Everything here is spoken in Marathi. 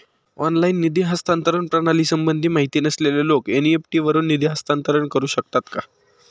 ऑनलाइन निधी हस्तांतरण प्रणालीसंबंधी माहिती नसलेले लोक एन.इ.एफ.टी वरून निधी हस्तांतरण करू शकतात का?